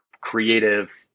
creative